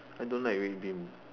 I don't like red bean